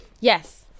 Yes